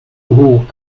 hoch